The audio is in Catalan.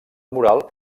mural